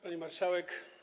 Pani Marszałek!